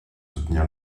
soutenir